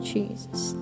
Jesus